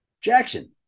Jackson